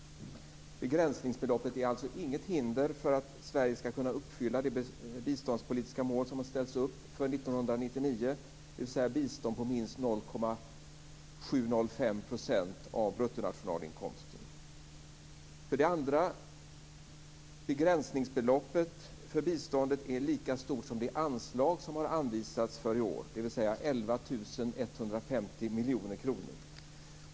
Begränsningsbeloppet är alltså inget hinder för att Sverige skall kunna uppfylla det biståndspolitiska mål som har ställts upp för 1999, dvs. bistånd på minst För det andra: Begränsningsbeloppet för biståndet är lika stort som det anslag som har anvisats för i år, dvs. 11 150 miljoner kronor.